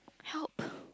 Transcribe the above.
help